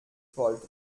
volt